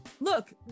look